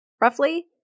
roughly